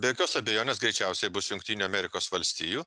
be jokios abejonės greičiausiai bus jungtinių amerikos valstijų